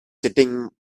sitting